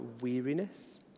weariness